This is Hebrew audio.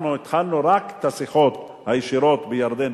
אנחנו התחלנו רק את השיחות הישירות בירדן,